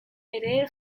ere